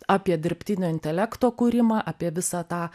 apie dirbtinio intelekto kūrimą apie visą tą